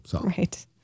Right